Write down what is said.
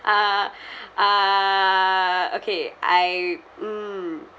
uh uh okay I mm